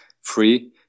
free